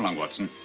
um and watson.